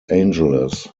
angeles